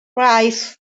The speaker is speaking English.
rice